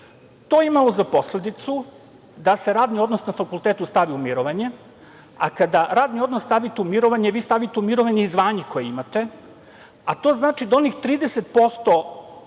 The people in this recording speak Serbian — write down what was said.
To je imalo za posledicu da se radni odnos na fakultetu stavi u mirovanje, a kada radni odnos stavite u mirovanje, vi stavite u mirovanje i zvanje koje imate, a to znači da onih 30%